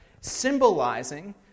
symbolizing